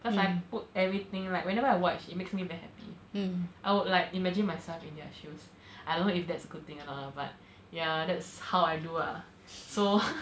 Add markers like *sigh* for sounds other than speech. cause I put everything right whenever I watch it makes me very happy I would like imagine myself in their shoes I don't know if that's a good thing or not ah but ya that's how I do ah so *laughs*